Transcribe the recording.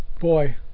Boy